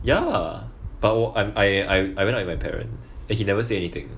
ya but 我 I'm I I I went out with my parents and he never say anything